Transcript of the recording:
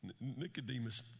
Nicodemus